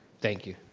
thank you,